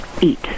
Eat